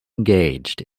engaged